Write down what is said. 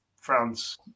France